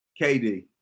KD